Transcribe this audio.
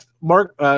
Mark